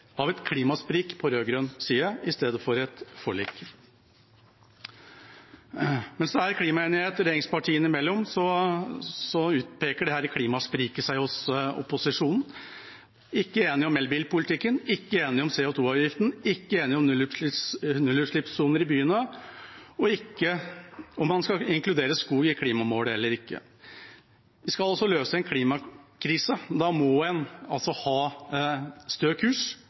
på, har det blitt mer og mer av et klimasprik på rød-grønn side. Mens det er klimaenighet regjeringspartiene imellom, utpeker dette klimaspriket seg hos opposisjonen. De er ikke enige om elbilpolitikken, om CO 2 -avgiften, om nullutslippssoner i byene og om man skal inkludere skog i klimamålet eller ikke. Vi skal løse en klimakrise, og da må vi ha stø kurs